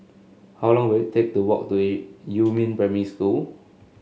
how long will it take to walk to Yumin Primary School